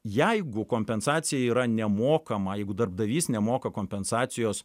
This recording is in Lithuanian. jeigu kompensacija yra nemokama jeigu darbdavys nemoka kompensacijos